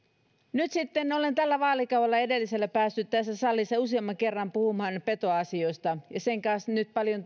nyt sitten olen tällä vaalikaudella ja edellisellä päässyt tässä salissa jo useamman kerran puhumaan petoasioista sen kanssa on paljon